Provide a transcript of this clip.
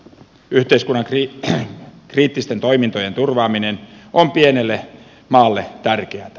yhteiskunnan kriittisten toimintojen turvaaminen on pienelle maalle tärkeätä